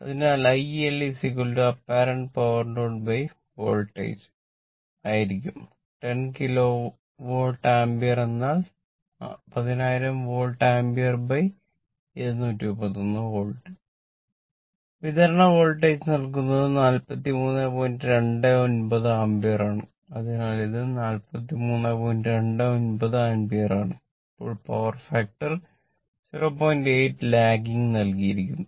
അതിനാൽ IL apparent power load voltage നൽകിയിരിക്കുന്നു